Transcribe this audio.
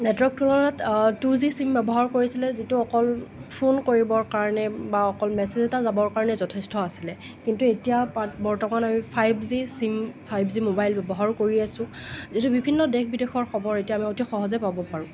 network তুলনাত two G phone ব্যৱহাৰ কৰিছিলে যিটো অকল ফোন কৰিবৰ কাৰণে বা অকল মেছেজ এটা যাবৰ কাৰণে যথেষ্ট আছিল কিন্তু এতিয়া পাত বৰ্তমান আমি five G SIM five G mobile ব্যৱহাৰো কৰি আছোঁ যিহেতু বিভিন্ন দেশ বিদেশৰ খবৰ আমি অতি সহজে পাব পাৰোঁ